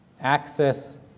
access